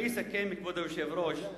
אני אסכם, כבוד היושב-ראש, בכך: